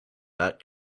that